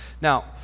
now